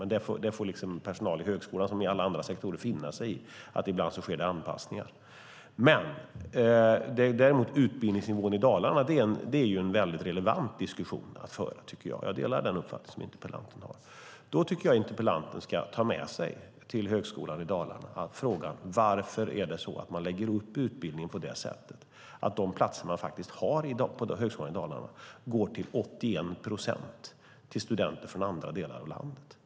Men det får personal i högskolan liksom i alla andra sektorer finna sig i - ibland sker det anpassningar. Utbildningsnivån i Dalarna är däremot en relevant diskussion att föra. Jag delar den uppfattning som interpellanten har. Jag tycker att interpellanten ska ta med sig denna fråga till Högskolan Dalarna: Varför lägger man upp utbildningen på det sätt att de platser man har på Högskolan Dalarna till 81 procent går till studenter från andra delar av landet?